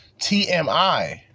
TMI